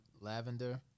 lavender